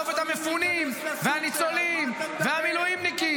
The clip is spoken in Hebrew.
-- לעטוף את המפונים והניצולים והמילואימניקים,